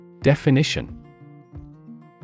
Definition